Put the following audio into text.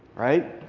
right?